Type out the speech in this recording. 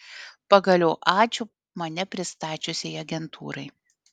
pagaliau ačiū mane pristačiusiai agentūrai